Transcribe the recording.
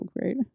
great